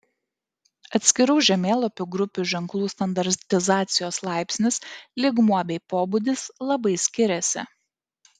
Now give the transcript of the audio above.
atskirų žemėlapių grupių ženklų standartizacijos laipsnis lygmuo bei pobūdis labai skiriasi